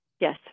Yes